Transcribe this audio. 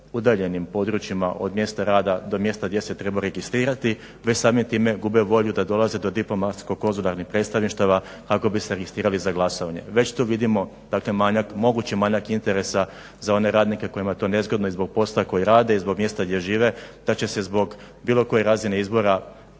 u udaljenim područjima od mjesta rada do mjesta gdje se trebaju registrirati. Već samim time gube volju da dolaze do diplomatsko-konzularnih predstavništava kako bi se registrirali za glasovanje. Već tu vidimo mogući manjak interesa za one radnike kojima je to nezgodno i zbog posla koji rade i zbog mjesta gdje žive da će se zbog bilo koje razine izbora